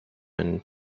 and